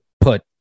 put